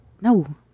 No